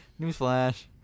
Newsflash